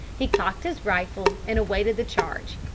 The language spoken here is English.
he cocked his rifle and awaited the charge.